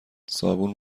صابون